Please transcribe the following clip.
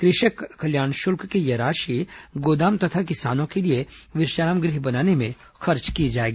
कृषक कल्याण शुल्क की यह राशि गोदाम तथा किसानों के लिए विश्राम गृह बनाने में खर्च की जाएगी